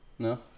No